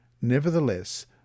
Nevertheless